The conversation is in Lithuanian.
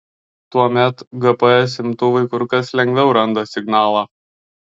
tuomet gps imtuvai kur kas lengviau randa signalą